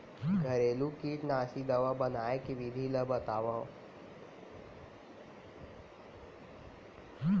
घरेलू कीटनाशी दवा बनाए के विधि ला बतावव?